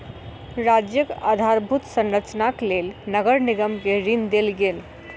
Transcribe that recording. राज्यक आधारभूत संरचनाक लेल नगर निगम के ऋण देल गेल